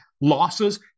losses